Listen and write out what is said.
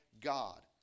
God